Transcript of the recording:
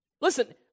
Listen